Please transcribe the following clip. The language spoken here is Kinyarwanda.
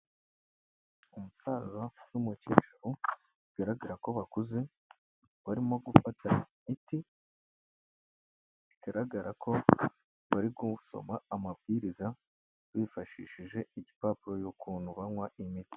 Umusaza n'umukecuru bigaragara ko bakuze barimo gufata imiti, bigaragara ko bari gusoma amabwiriza bifashishije igipapuro y'ukuntu banywa imiti.